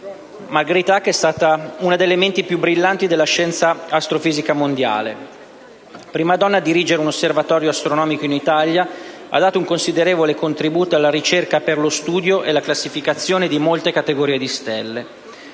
Margherita Hack è stata una delle menti più brillanti della scienza astrofisica mondiale. Prima donna a dirigere un osservatorio astronomico in Italia, ha dato un considerevole contributo alla ricerca per lo studio e la classificazione di molte categorie di stelle.